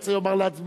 ירצה לומר להצביע,